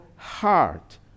heart